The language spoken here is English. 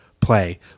play